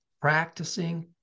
Practicing